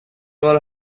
var